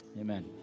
Amen